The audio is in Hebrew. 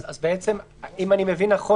אם אני מבין נכון,